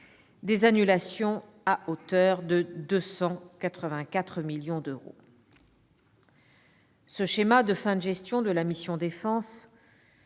des annulations à hauteur de 284 millions d'euros. Ce schéma de fin de gestion de la mission « Défense